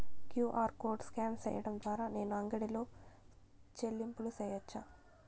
QR code scan సేయడం ద్వారా నేను అంగడి లో చెల్లింపులు సేయొచ్చా?